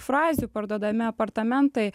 frazių parduodami apartamentai